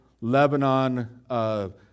Lebanon